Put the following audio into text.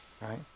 right